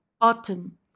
Autumn